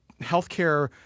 healthcare